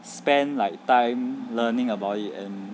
spend like time learning about it and